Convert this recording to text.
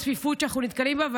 מכיר את הצפיפות שאנחנו נתקלים בה.